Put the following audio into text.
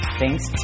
thanks